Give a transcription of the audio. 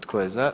Tko je za?